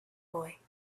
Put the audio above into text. boy